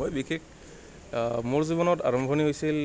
মই বিশেষ মোৰ জীৱনত আৰম্ভণি হৈছিল